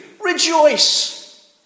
Rejoice